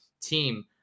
team